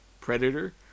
Predator